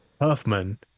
huffman